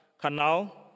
Canal